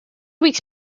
weeks